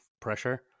pressure